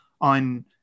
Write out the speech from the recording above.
on